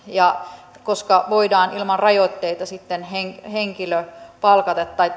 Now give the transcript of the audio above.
koska voidaan ilman rajoitteita henkilö palkata tai